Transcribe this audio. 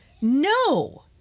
no